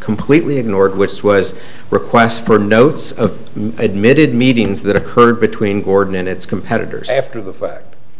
completely ignored which was requests for notes of admitted meetings that occurred between gordon and its competitors after the